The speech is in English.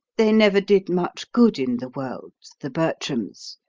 they never did much good in the world, the bertrams.